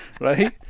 right